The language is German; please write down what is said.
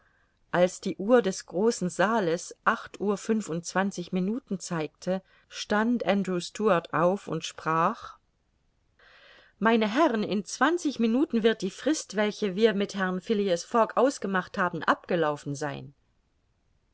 als die uhr des großen saales acht uhr fünfundzwanzig minuten zeigte stand andrew stuart auf und sprach meine herren in zwanzig minuten wird die frist welche wir mit herrn phileas fogg ausgemacht haben abgelaufen sein